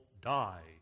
die